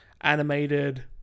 animated